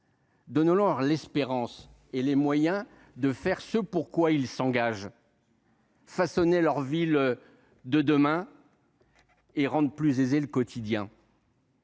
Donnons leur l’espérance et les moyens de faire ce pour quoi ils s’engagent, de façonner leur ville de demain et de rendre le quotidien